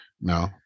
no